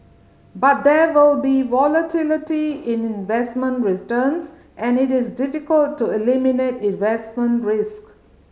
but there will be volatility in investment returns and it is difficult to eliminate investment risk